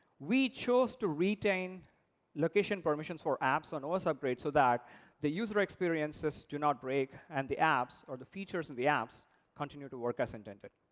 we chose to retain location permissions for apps on os upgrade, so that the user experiences do not break and the apps or the features of the apps continue to work as intended.